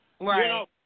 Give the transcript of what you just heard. Right